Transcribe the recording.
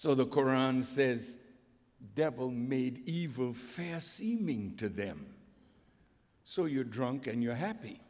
so the koran says the devil made evil fast seeming to them so you're drunk and you're happy